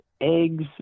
eggs